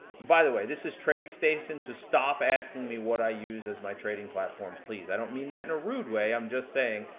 by the way, this is tradestation, so stop asking me what i use as my trading platform please. i don't mean that in a rude way, i'm just saying,